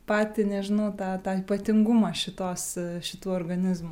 patį nežinau tą tą ypatingumą šitos šitų organizmų